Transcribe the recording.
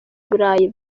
burayi